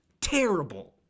terrible